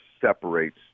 separates